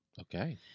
Okay